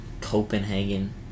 Copenhagen